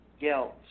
guilt